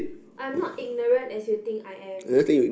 I am not ignorant as you think I am